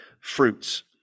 fruits